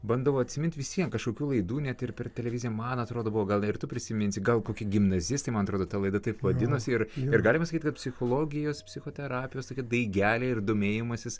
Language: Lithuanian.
bandau atsiminti vis vien kažkokių laidų net ir per televiziją man atrodo buvo gal ir tu prisiminsi gal koki gimnazistai man atrodo ta laida taip vadinosi ir ir galima sakyti kad psichologijos psichoterapijos tokie daigeliai ir domėjimasis